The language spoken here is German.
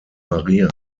maria